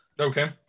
Okay